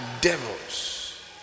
devils